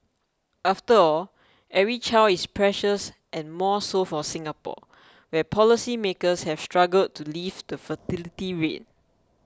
after all every child is precious and more so for Singapore where policymakers have struggled to lift the fertility rate